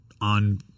on